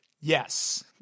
Yes